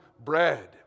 bread